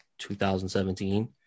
2017